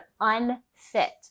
unfit